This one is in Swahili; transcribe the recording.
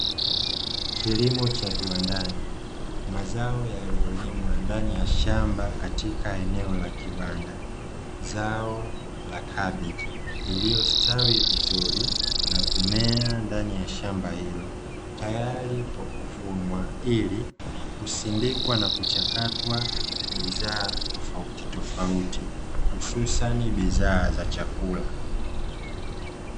Kilimo cha viwandani. Mazao yaliyolimwa ndani ya shamba katika eneo la kiwanda. Zao la kabeji iliyostawi vizuri na kumea ndani ya shamba hilo, tayari kwa kuvunwa ili kusindikwa na kuchakatwa bidhaa tofauti tofauti hususan bidhaa za chakula.